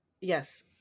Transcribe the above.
yes